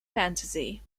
fantasy